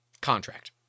contract